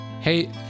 Hey